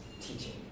teaching